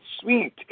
sweet